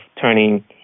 turning